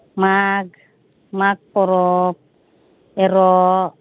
ᱢᱟᱜᱽ ᱢᱟᱜᱽ ᱯᱚᱨᱚᱵ ᱮᱨᱚᱜ